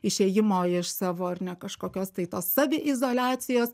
išėjimo iš savo ar ne kažkokios tai tos saviizoliacijos